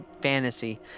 fantasy